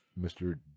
Mr